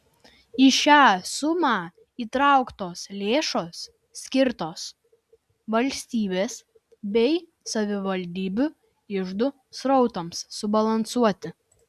į šią sumą įtrauktos lėšos skirtos valstybės bei savivaldybių iždų srautams subalansuoti